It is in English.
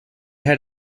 had